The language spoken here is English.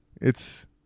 It's-